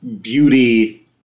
beauty